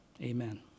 Amen